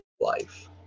Life